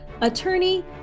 attorney